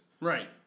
Right